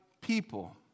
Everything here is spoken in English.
people